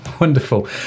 wonderful